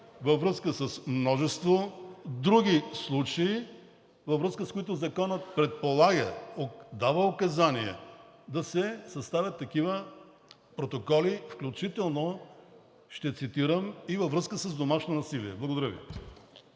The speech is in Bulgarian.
във връзка с множество други случаи, във връзка, с които законът предполага, дава указания, да се съставят такива протоколи, включително – ще цитирам, и във връзка с домашно насилие. Благодаря Ви.